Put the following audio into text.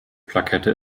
plakette